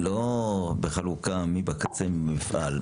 ולא בחלוקה מי בקצה ומי במפעל?